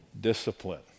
discipline